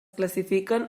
classifiquen